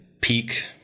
peak